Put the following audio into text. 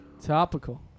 Topical